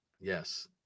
yes